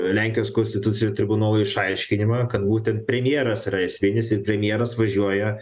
lenkijos konstitucinio tribunolo išaiškinimą kad būtent premjeras yra esminis ir premjeras važiuoja